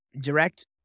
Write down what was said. direct